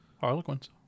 Harlequins